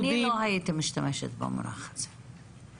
אני לא הייתי משתמשת במונח הזה.